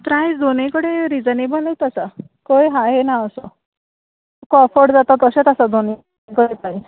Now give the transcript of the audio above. प्रायस दोनूय कडेन रिजनेबलूच आसा खंय हाय ना असो तुका अफोर्ड जाता तसोच आसा दोनूय कडेन प्रायस